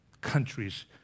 countries